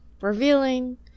Revealing